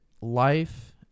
Life